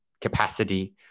capacity